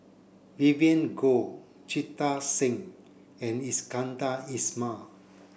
Vivien Goh Jita Singh and Iskandar Ismail